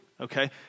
okay